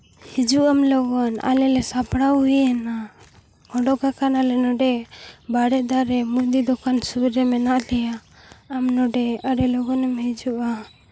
ᱦᱤᱡᱩᱜᱼᱟᱢ ᱞᱚᱜᱚᱱ ᱟᱞᱮ ᱞᱮ ᱥᱟᱯᱲᱟᱣ ᱦᱩᱭ ᱮᱱᱟ ᱚᱸᱰᱚᱠᱟᱠᱟᱱᱟᱞᱮ ᱱᱚᱸᱰᱮ ᱵᱟᱲᱮ ᱫᱟᱨᱮ ᱢᱩᱫᱤ ᱫᱚᱠᱟᱱ ᱥᱩᱨ ᱨᱮᱜᱮ ᱢᱮᱱᱟᱜ ᱞᱮᱭᱟ ᱟᱢ ᱱᱚᱸᱰᱮ ᱟᱹᱰᱤ ᱞᱚᱜᱚᱱᱮᱢ ᱦᱤᱡᱩᱜᱼᱟ